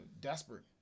desperate